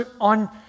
on